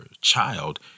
child